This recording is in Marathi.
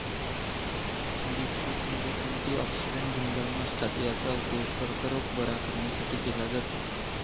बीटरूटमध्ये अँटिऑक्सिडेंट गुणधर्म असतात, याचा उपयोग कर्करोग बरा करण्यासाठी केला जातो